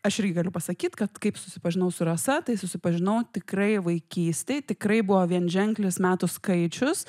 aš irgi galiu pasakyt kad kaip susipažinau su rasa tai susipažinau tikrai vaikystėj tikrai buvo vienženklis metų skaičius